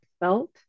felt